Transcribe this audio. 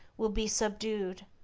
will be subdued,